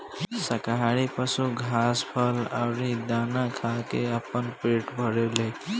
शाकाहारी पशु घास, फल अउरी दाना खा के आपन पेट भरेले